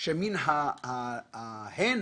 שמן ההן